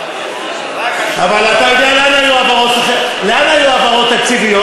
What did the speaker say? רק עכשיו, אבל אתה יודע, לאן היו העברות תקציביות?